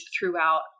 throughout